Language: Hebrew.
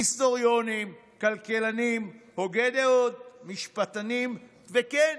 היסטוריונים, כלכלנים, הוגי דעות, משפטנים, וכן,